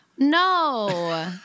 No